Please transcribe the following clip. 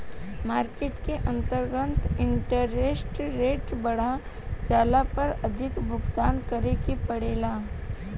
market के अंतर्गत interest rate बढ़ जाला पर अधिक भुगतान करे के पड़ेला